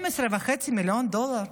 12.5 מיליון דולר,